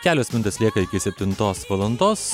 kelios minutės lieka iki septintos valandos